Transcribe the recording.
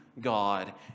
God